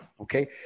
Okay